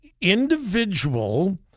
individual